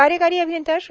कार्यकारी अभियंता श्री